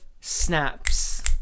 snaps